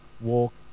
walk